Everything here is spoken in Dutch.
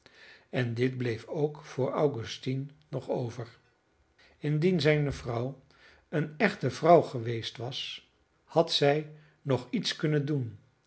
en dit bleef ook voor augustine nog over indien zijne vrouw eene echte vrouw geweest was had zij nog iets kunnen doen gelijk